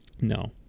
no